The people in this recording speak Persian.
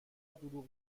دروغ